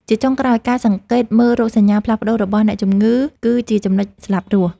ជាចុងក្រោយ ការសង្កេតមើលរោគសញ្ញាផ្លាស់ប្តូររបស់អ្នកជំងឺគឺជាចំណុចស្លាប់រស់។